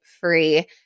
free